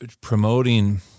promoting